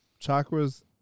chakras